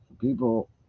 People